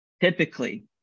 typically